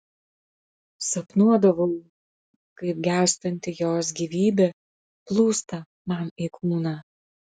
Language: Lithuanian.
sapnuodavau kaip gęstanti jos gyvybė plūsta man į kūną